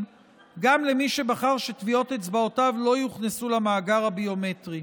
גם למי שבחר שטביעות אצבעותיו לא יוכנסו למאגר הביומטרי.